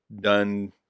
done